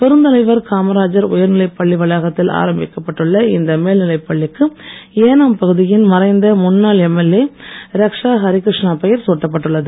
பெருந்தலைவர் காமராஜர் உயர்நிலைப் பள்ளி வளாகத்தில் ஆரம்பிக்கப்பட்டுள்ள இந்த மேல்நிலைப் பள்ளிக்கு ஏனாம் பகுதியின் மறைந்த முன்னாள் எம்எல்ஏ ரக்க்ஷா அரிக்கிருஷ்ணா பெயர் சூட்டப்பட்டுள்ளது